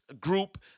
group